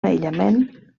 aïllament